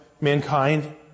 mankind